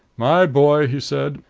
my boy, he said,